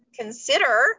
consider